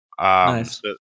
Nice